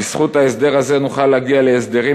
בזכות ההסדר הזה נוכל להגיע להסדרים